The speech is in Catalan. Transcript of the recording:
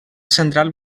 central